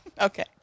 Okay